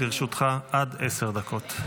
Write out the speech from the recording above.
לרשותך עד עשר דקות.